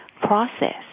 process